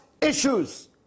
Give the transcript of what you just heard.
issues